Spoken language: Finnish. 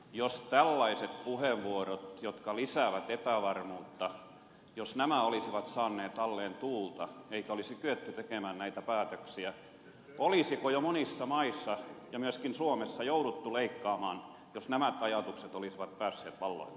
jos tällaiset puheenvuorot jotka lisäävät epävarmuutta olisivat saaneet alleen tuulta eikä olisi kyetty tekemään näitä päätöksiä olisiko jo monissa maissa ja myöskin suomessa jouduttu leikkaamaan jos nämä ajatukset olisivat päässeet valloilleen